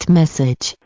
message